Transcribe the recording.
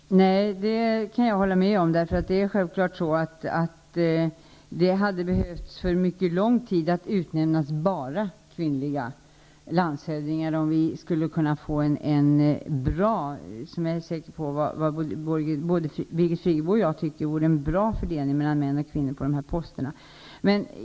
Fru talman! Nej, det kan jag hålla med om. Det är självklart så att det under en mycket lång tid hade behövt utnämnas bara kvinnliga landshövdingar för att vi skulle ha fått en som både Birgit Friggebo och jag tycker bra fördelning mellan män och kvinnor på dessa poster.